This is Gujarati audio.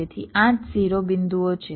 તેથી 8 શિરોબિંદુઓ છે